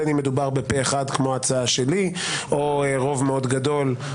בין אם מדובר בפה אחד כמו הצעה שלי או רוב מאוד גדול,